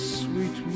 sweet